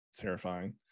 Terrifying